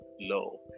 low